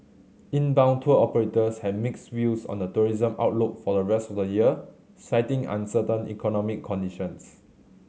inbound tour operators had mixed views on the tourism outlook for the rest of the year citing uncertain economic conditions